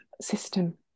system